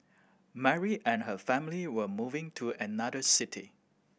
Mary and her family were moving to another city